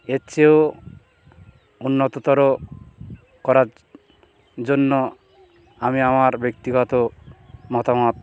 এর চেয়েও উন্নততর করার জন্য আমি আমার ব্যক্তিগত মতামত